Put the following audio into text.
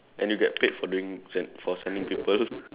and you get paid for doing send for sending people